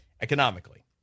Economically